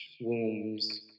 wombs